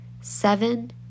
Seven